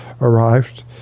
arrived